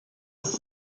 was